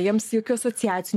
jiems jokių asociacijų